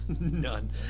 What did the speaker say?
None